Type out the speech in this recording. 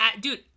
dude